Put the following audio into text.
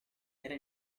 era